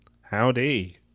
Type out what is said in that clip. Howdy